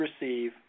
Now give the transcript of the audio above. receive